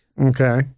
Okay